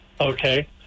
Okay